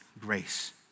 grace